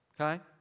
Okay